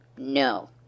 No